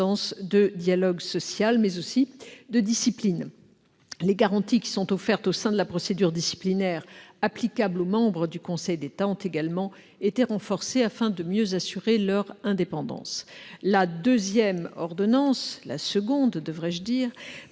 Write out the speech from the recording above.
de dialogue social, mais aussi de discipline. Les garanties qui sont offertes au sein de la procédure disciplinaire applicable aux membres du Conseil d'État ont également été renforcées afin de mieux assurer leur indépendance. La seconde ordonnance, qui porte dispositions